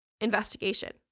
investigation